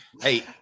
Hey